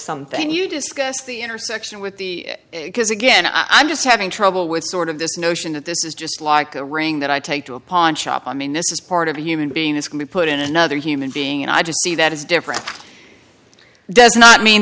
something you discussed the intersection with the because again i'm just having trouble with sort of this notion that this is just like a ring that i take to a pawn shop i mean this is part of a human being this can be put in another human being and i just see that is different does not mean